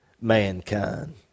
mankind